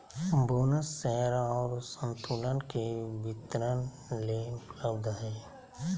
bonus share और संतुलन के वितरण ले उपलब्ध हइ